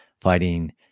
fighting